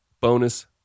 bonus